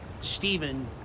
Stephen